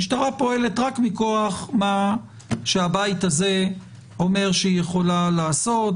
המשטרה פועלת רק מכוח מה שהבית הזה אומר שהיא יכולה לעשות,